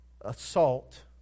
assault